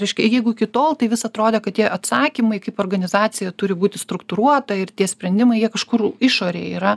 reiškia jeigu iki tol tai vis atrodė kad tie atsakymai kaip organizacija turi būti struktūruota ir tie sprendimai jie kažkur išorėje yra